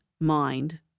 mind